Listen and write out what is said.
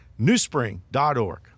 newspring.org